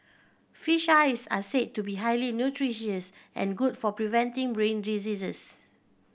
fish eyes are said to be highly nutritious and good for preventing brain diseases